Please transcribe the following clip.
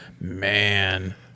man